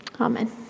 Amen